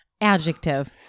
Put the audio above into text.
Adjective